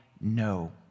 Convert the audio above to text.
No